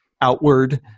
outward